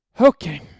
Okay